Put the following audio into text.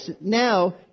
now